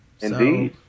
Indeed